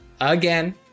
again